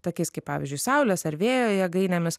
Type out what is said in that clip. tokiais kaip pavyzdžiui saulės ar vėjo jėgainėmis